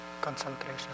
concentration